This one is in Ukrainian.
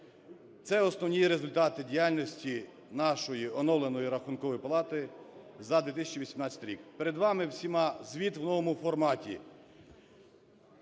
Це основні результати діяльності нашої оновленої Рахункової палати за 2018 рік. Перед вами всіма звіт у новому форматі.